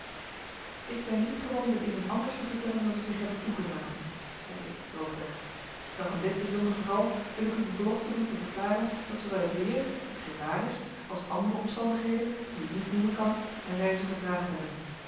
ik ben niet gewoon de dingen anders te vertellen dan zij zich hebben toegedragen zeide ik droogweg doch in dit bijzonder geval wil ik u de belofte doen te verklaren dat zoowel het weer t geen waar is als andere omstandigheden die ik niet noemen kan mijn reize vertraagd hebben